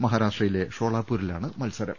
മഹാരാഷ്ട്രയിലെ ഷോളാപൂരിലാണ് മത്സരം